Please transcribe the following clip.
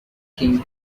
king